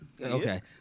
Okay